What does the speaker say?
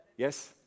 Yes